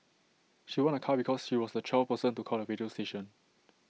she won A car because she was the twelfth person to call the radio station